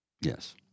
Yes